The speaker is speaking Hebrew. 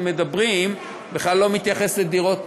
מדברים עליו בכלל לא מתייחס לדירות.